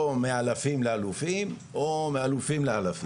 או מאלפים לאלופים, או מאלופים לאלפים.